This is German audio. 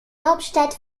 hauptstadt